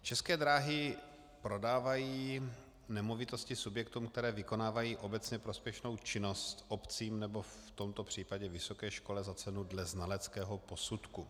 České dráhy prodávají nemovitosti subjektům, které vykonávají obecně prospěšnou činnost, obcím, nebo v tomto případě vysoké škole za cenu dle znaleckého posudku.